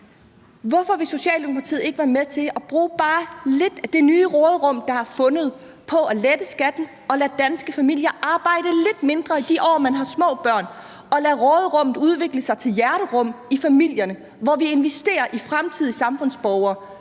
Hvorfor vil Socialdemokratiet ikke være med til at bruge bare lidt af det nye råderum, der er fundet, på at lette skatten og lade danske familier arbejde lidt mindre i de år, hvor man har små børn, og lade råderummet udvikle sig til hjerterum i familierne, hvor vi investerer i fremtidige samfundsborgere,